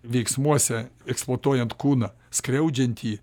veiksmuose eksploatuojant kūną skriaudžiantį